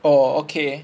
orh okay